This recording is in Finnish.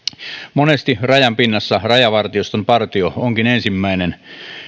monesti rajan pinnassa rajavartioston partio onkin ensimmäinen